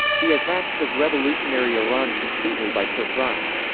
the attack took revolutionary iran completely by surprise.